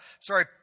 sorry